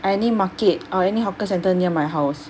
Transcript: any market or any hawker centre near my house